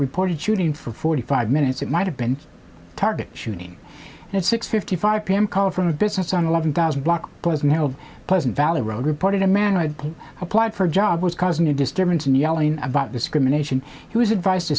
reported shooting for forty five minutes it might have been target shooting at six fifty five p m call from a business on eleven thousand block close male pleasant valley road reported a man i'd applied for a job was causing a disturbance and yelling about discrimination he was advised to